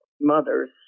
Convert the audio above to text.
mothers